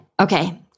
Okay